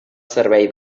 servei